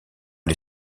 les